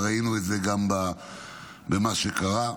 וראינו את זה גם במה שקרה.